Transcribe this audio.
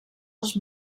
els